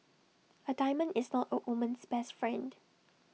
A diamond is not A woman's best friend